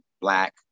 black